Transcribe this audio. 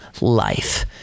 life